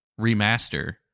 remaster